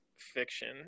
fiction